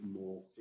more